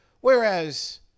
Whereas